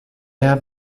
have